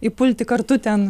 įpulti kartu ten